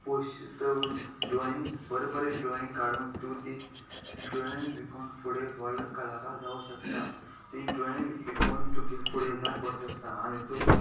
पोशीत drawing बरी बरी drawing काडून तूं ती ड्रॉईंग विकोन फुडें व्हडले कलाकार जावं शकता ती ड्रॉइंग विकोन तुगे फुडें लायफ वचूं शकता आनी तूं